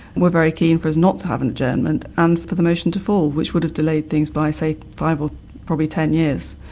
were very keen for us not to have an adjournment and for the motion to fall which would have delayed things by say five or probably ten years.